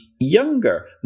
younger